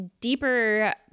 deeper